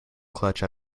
clutch